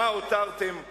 מה הותרתם כאן,